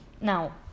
Now